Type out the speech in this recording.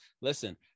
listen